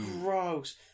gross